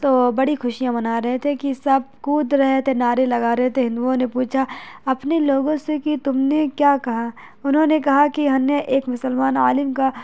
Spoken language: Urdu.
تو بڑی خوشیاں منا رہے تھے کہ سب کود رہے تھے نعرے لگا رہے تھے ہندوؤں نے پوچھا اپنے لوگوں سے کہ تم نے کیا کہا انہوں نے کہا کہ ہم نے ایک مسلمان عالم کا